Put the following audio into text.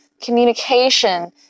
communication